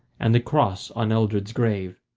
and the cross on eldred's grave.